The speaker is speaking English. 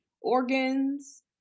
organs